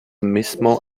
mismo